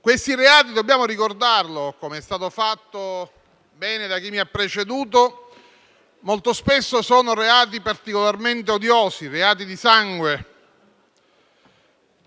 Questi reati - dobbiamo ricordarlo, come è stato fatto bene da chi mi ha preceduto - molto spesso sono particolarmente odiosi, reati di sangue,